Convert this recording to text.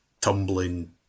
tumbling